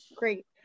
Great